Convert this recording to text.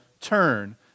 turn